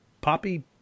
poppy